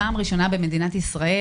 פעם ראשונה במדינת ישראל,